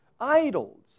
idols